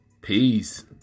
Peace